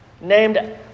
named